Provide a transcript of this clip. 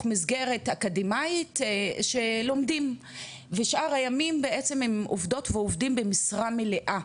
מסגרת אקדמאית שלומדים ושאר הימים בעצם הם עובדות ועובדים במשרה מלאה,